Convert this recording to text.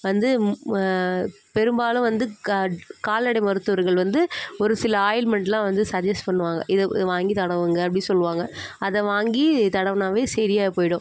வந்து பெரும்பாலும் வந்து கா கால்நடை மருத்துவர்கள் வந்து ஒரு சில ஆயில்மெண்ட்லாம் வந்து சட்ஜஸ் பண்ணுவாங்கள் இதை வாங்கி தடவுங்கள் அப்படி சொல்லுவாங்க அதை வாங்கி தடவினாவே சரியா போய்டும்